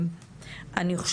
הספציפי הזה,